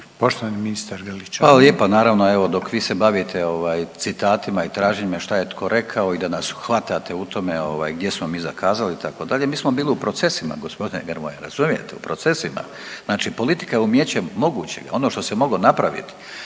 Gordan (HDZ)** Hvala lijepa. Naravno evo dok vi se bavite citatima i traženja šta je tko rekao i da nas hvatate u tome gdje smo mi zakazali itd. mi smo bili u procesima g. Grmoja razumijete, u procesima. Znači politika je umijeće mogućeg, ono što se moglo napraviti.